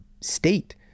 state